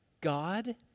God